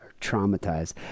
traumatized